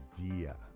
idea